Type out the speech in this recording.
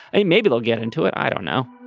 and maybe they'll get into it. i don't know